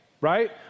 right